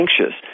anxious